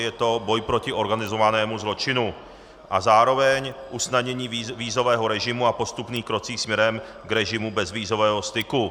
Je to boj proti organizovanému zločinu a zároveň usnadnění vízového režimu a postupných kroků směrem k režimu bezvízového styku.